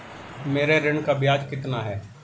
मेरे ऋण का ब्याज कितना है?